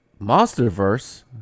Monsterverse